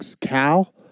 Cal